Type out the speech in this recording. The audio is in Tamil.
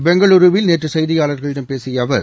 பெங்களூருவில் நேற்று செய்தியாளர்களிடம் பேசிய அவர்